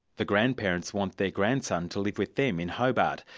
the grandparents want their grandson to live with them in hobart,